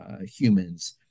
humans